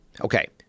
okay